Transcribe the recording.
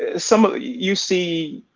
some of you see,